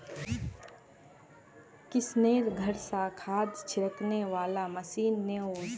किशनेर घर स खाद छिड़कने वाला मशीन ने वोस